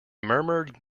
murmured